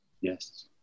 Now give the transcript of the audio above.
Yes